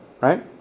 Right